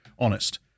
Honest